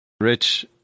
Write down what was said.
Rich